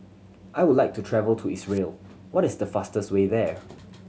I would like to travel to Israel what is the fastest way there